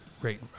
great